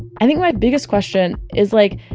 i think my biggest question is like,